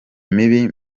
mibi